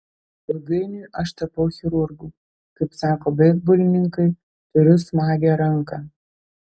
ilgainiui aš tapau chirurgu kaip sako beisbolininkai turiu smagią ranką